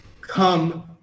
come